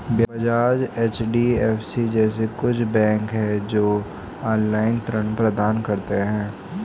Bajaj, HDFC जैसे कुछ bank है, जो ऑनलाईन ऋण प्रदान करते हैं